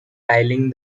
dialling